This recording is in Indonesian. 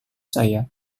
saya